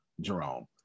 Jerome